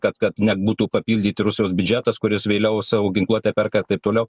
kad kad nebūtų papildyti rusijos biudžetas kuris vėliau savo ginkluotę perka ir taip toliau